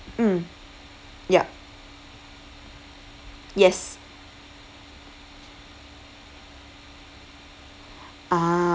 mm yup yes